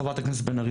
חברת הכנסת בן ארי,